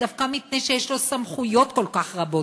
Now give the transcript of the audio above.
ודווקא מפני שיש לו סמכויות כל כך רבות,